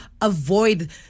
avoid